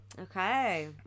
Okay